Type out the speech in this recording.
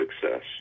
success